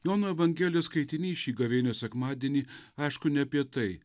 jono evangelijos skaitiniai šį gavėnios sekmadienį aišku ne apie tai